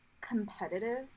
competitive